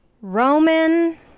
Roman